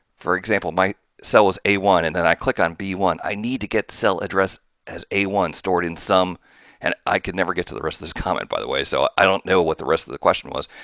for example, my cell was a one and then i click on b one i need to get cell address as a one stored in some and i could never get to the rest of this comment by the way. so, i don't know what the rest of the question was,